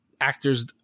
actors